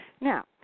Now